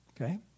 Okay